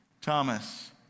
Thomas